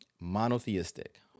monotheistic